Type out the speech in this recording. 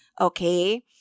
okay